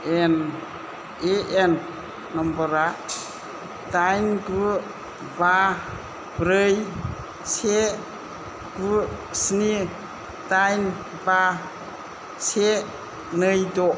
ए एन नम्बरआ दाइन गु बा ब्रै से गु स्नि दाइन बा से नै द'